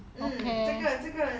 嗯这个这个